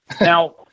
Now